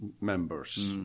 members